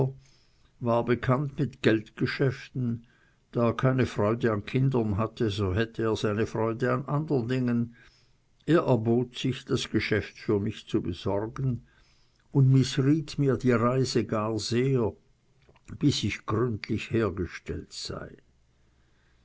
war bekannt mit geldgeschäften da er keine kinder hatte so hatte er seine freude an andern dingen er erbot sich das geschäft für mich zu besorgen und mißriet mir die reise gar sehr bis ich gründlich hergestellt sei